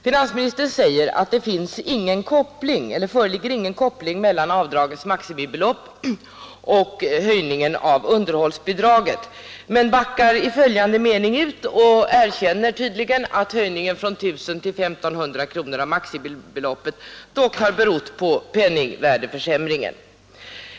Finansministern säger att det föreligger ingen koppling mellan avdragets maximibelopp och höjningen av underhållsbidraget men backar i följande mening ut och erkänner att höjningen från 1 000 till 1 500 kronor av maximibeloppet dock har berott på penningvärdeförsämringen.